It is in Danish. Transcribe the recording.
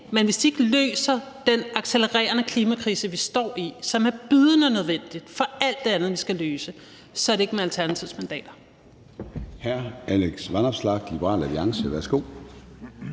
medvirker til at løse den accelererende klimakrise, vi står i, hvilket er bydende nødvendigt for alt det andet, vi skal løse, så bliver det ikke med Alternativets mandater.